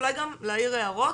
אולי גם להעיר הערות,